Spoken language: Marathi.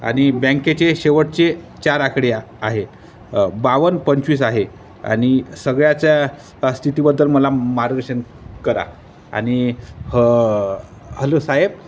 आणि बँकेचे शेवटचे चार आकडे आहे बावन पंचवीस आहे आणि सगळ्याच्या स्थितीबद्दल मला मार्गदर्शन करा आणि ह हॅलो साहेब